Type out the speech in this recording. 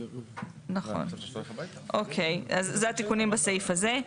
נכון, אוקיי אז זה התיקונים בסעיף הזה.